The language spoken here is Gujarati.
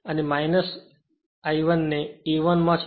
અને 1 I ને A1 માં છે